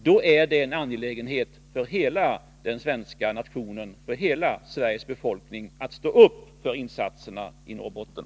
Det är en angelägenhet för hela nationen, för hela Sveriges befolkning, att stå upp för insatserna i Norrbotten.